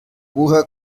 woher